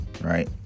Right